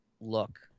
look